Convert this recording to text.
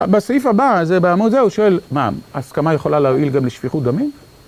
בסעיף הבא, זה בעמוד זה, הוא שואל, מה, ההסכמה יכולה להוביל גם לשפיכות דמים?